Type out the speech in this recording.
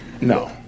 No